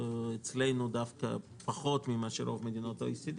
אצלנו דווקא פחות מאשר ברוב מדינות ה-OECD